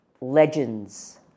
legends